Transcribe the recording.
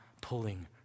pulling